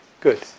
Good